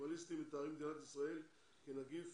איסלמיסטיים מתארים את מדינת ישראל כנגיף